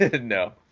No